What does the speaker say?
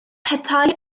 petai